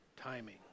timing